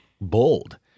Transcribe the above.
bold